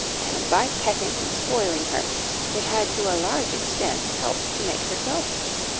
and by petting and spoiling her they had to a large extent helped to make her selfish.